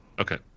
Okay